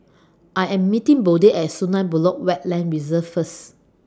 I Am meeting Bode At Sungei Buloh Wetland Reserve First